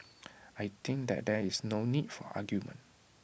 I think that there is no need for argument